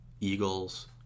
Eagles